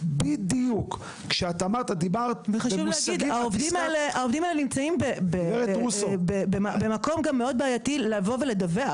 בדיוק- -- העובדים האלה נמצאים גם במקום מאוד בעייתי לבוא ולדווח.